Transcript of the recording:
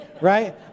right